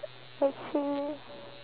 actually